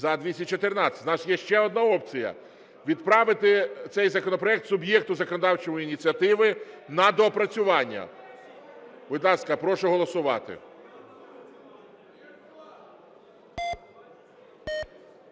За-214 У нас є ще одна опція: відправити цей законопроект суб'єкту законодавчої ініціативи на доопрацювання. Будь ласка, прошу голосувати.